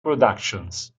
productions